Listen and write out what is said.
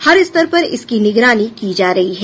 हर स्तर पर इसकी निगरानी की जा रही है